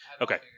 Okay